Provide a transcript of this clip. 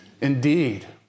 indeed